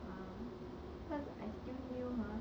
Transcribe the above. err cause I still new mah